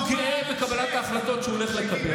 הוא גאה בקבלת ההחלטות שהוא הולך לקבל.